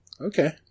Okay